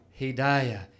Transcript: hidayah